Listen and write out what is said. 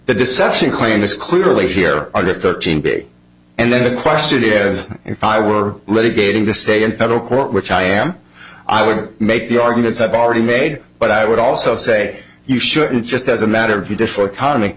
the deception claims clearly here are thirteen big and then the question is if i were litigating to stay in federal court which i am i would make the arguments i've already made but i would also say you shouldn't just as a matter of